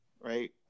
right